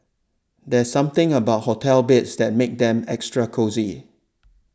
there are something about hotel beds that makes them extra cosy